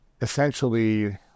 essentially